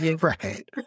Right